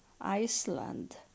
Iceland